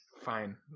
Fine